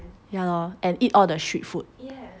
and eat all the street food